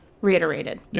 reiterated